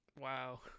wow